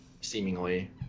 seemingly